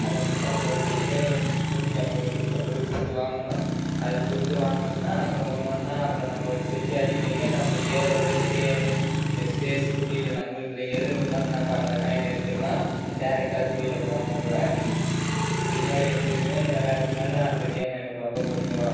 அந்த முக்கோணத்தை ஒன்று ஒன்று நூற்றி ஐம்பது நூற்றி ஐம்பது கொடுத்து வாங்கணும் அது கொடுத்து வாங்குன்னால் அப்புறம் ஒன்று ஒன்றா அப்புறம் நம்ம வச்சு வச்சு அடிக்க அடிக்க நம்ப ஏரோவில் ஸ்கேலு இந்த ஸ்பேஸு குழியில் நம்புளுதில் எதில் விழுந்தாலும் நம்ப அந்த காயினை எடுத்துக்கலாம் டேரைக்டாக குழியில் போடாமல் கூட இதுமாதிரி எடுத்துக்குன்னு வெள்ளாடுறதுனால் அந்த கேமு எனக்கு ரொம்ப பிடிக்கும்